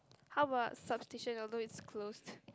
how about Substation although it's closed